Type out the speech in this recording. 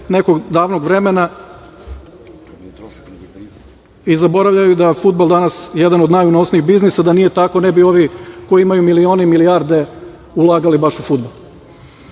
nekog davnog vremena i zaboravljaju da je fudbal danas jedan od najunosnijih biznisa. Da nije tako ne bi ovi koji imaju milione i milijarde ulagali baš u fudbal. Što